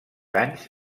anys